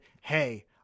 hey